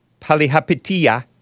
Palihapitiya